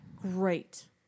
Great